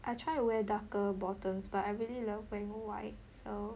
I try to wear darker bottoms but I really love wearing white so